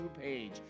page